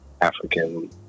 African